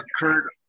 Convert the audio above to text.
occurred